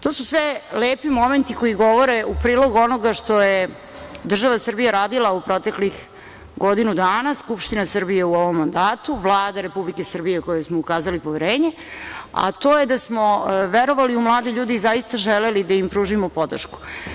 To su sve lepi momenti koji govore u prilog onoga što je država Srbija radila u proteklih godinu dana, Skupština Srbije u ovom mandatu, Vlada Republike Srbije kojoj smo ukazali poverenje, a to je da smo verovali u mlade ljude i zaista želeli da im pružimo podršku.